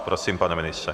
Prosím, pane ministře.